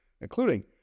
including